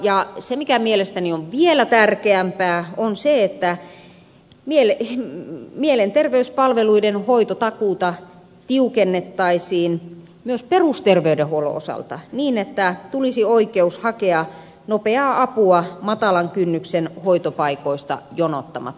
ja se mikä mielestäni on vielä tärkeämpää on se että mielenterveyspalveluiden hoitotakuuta tiukennettaisiin myös perusterveydenhuollon osalta niin että tulisi oikeus hakea nopeaa apua matalan kynnyksen hoitopaikoista jonottamatta